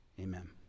Amen